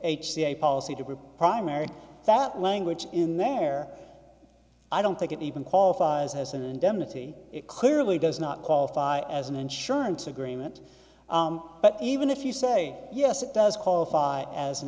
a policy to primary that language in there i don't think it even qualifies as an indemnity it clearly does not qualify as an insurance agreement but even if you say yes it does qualify as an